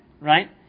Right